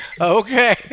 Okay